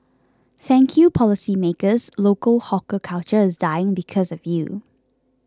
thank you policymakers local hawker culture is dying because of you